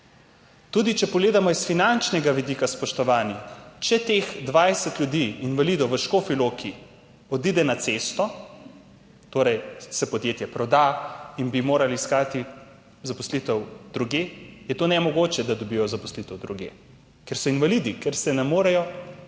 Tudi če pogledamo s finančnega vidika, spoštovani, če teh 20 ljudi, invalidov v Škofji Loki odide na cesto, torej se podjetje proda in bi morali iskati zaposlitev drugje, je nemogoče, da dobijo zaposlitev drugje, ker so invalidi, ker se ne morejo gibati.